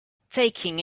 taking